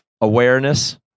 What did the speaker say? awareness